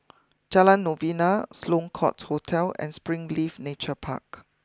Jalan Novena Sloane court Hotel and Springleaf Nature Park